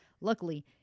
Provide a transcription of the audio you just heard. luckily